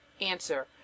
Answer